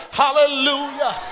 hallelujah